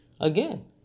Again